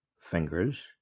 fingers